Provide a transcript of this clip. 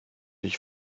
ich